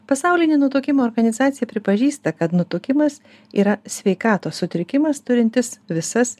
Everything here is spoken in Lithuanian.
pasaulinė nutukimo organizacija pripažįsta kad nutukimas yra sveikatos sutrikimas turintis visas